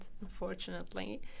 unfortunately